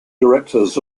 directors